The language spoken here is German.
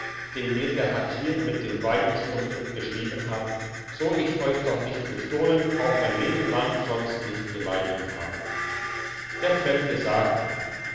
den mir der hatschier mit dem weidenstumpen geschrieben hat so ich doch euch nicht bestohlen auch mein leben lang sonst nicht beleidiget habe der fremde sagte